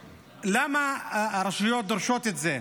למה הרשויות דורשות את זה?